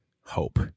hope